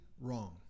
wrong